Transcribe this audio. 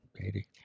Katie